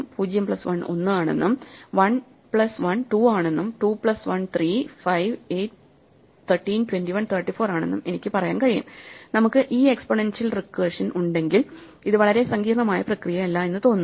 0 plus 1 1 ആണെന്നും 1 plus 1 2 ആണെന്നും 2 plus 1 3 5 8 13 21 34 ആണെന്നും എനിക്ക് പറയാൻ കഴിയും നമുക്ക് ഈ എക്സ്പോണൻഷ്യൽ റിക്കർഷൻ ഉണ്ടെങ്കിൽ ഇത് വളരെ സങ്കീർണ്ണമായ പ്രക്രിയയല്ല എന്ന് തോന്നുന്നു